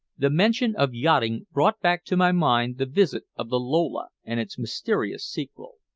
the mention of yachting brought back to my mind the visit of the lola and its mysterious sequel.